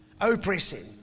oppressing